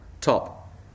top